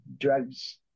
drugs